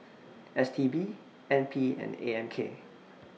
S T B N P and A M K